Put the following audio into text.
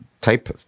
type